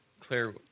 Claire